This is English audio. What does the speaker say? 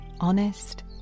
honest